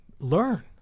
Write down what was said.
Learn